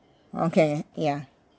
okay ya